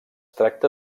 tracta